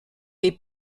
les